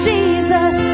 Jesus